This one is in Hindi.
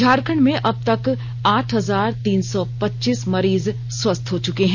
झारखंड में अब तक आठ हजार तीन सौ पच्चीस मरीज स्वस्थ हो चुके हैं